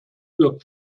für